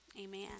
amen